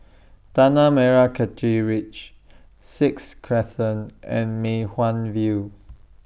Tanah Merah Kechil Ridge Sixth Crescent and Mei Hwan View